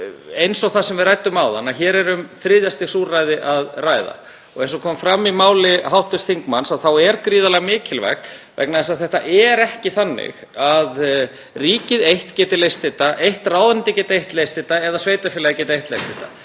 eins og það sem við ræddum áðan að um þriðja stigs úrræði er að ræða. Eins og kom fram í máli hv. þingmanns þá er það gríðarlega mikilvægt vegna þess að þetta er ekki þannig að ríkið eitt geti leyst þetta, ráðuneyti geti eitt leyst þetta eða sveitarfélag geti eitt leyst þetta.